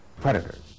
predators